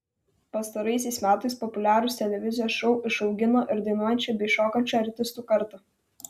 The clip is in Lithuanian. pastaraisiais metais populiarūs televizijos šou išaugino ir dainuojančią bei šokančią artistų kartą